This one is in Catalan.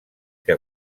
que